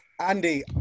Andy